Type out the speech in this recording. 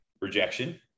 rejection